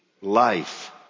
life